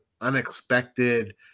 unexpected